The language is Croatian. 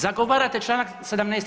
Zagovarate Članak 17.